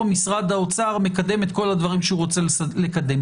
משרד האוצר מקדם את כל הדברים שהוא רוצה לקדם.